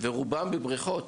ורובם בבריכות.